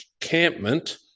encampment